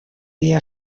dia